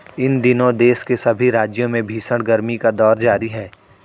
इन दिनों देश के सभी राज्यों में भीषण गर्मी का दौर जारी है